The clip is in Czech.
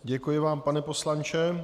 Děkuji vám, pane poslanče.